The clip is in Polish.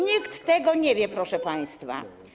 Nikt tego nie wie, proszę państwa.